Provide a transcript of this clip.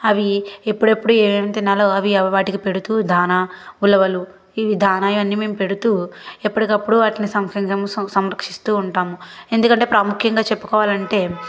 అవి ఎప్పుడెప్పుడు ఏం ఏం తినాలో అవి వాటికి పెడుతూ దాణా ఉలవలు ఇవి దాణా అవన్నీ మేము పెడుతూ ఎప్పటికప్పుడు వాటిని సంరక్షిస్తూ ఉంటాము ఎందుకంటే ప్రాముఖ్యంగా చెప్పుకోవాలంటే